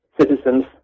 citizens